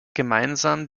gemeinsam